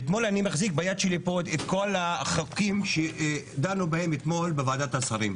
ואני מחזיק ביד שלי פה את כל החוקים שדנו בהם אתמול בוועדת השרים.